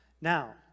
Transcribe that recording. Now